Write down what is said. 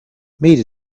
made